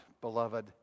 beloved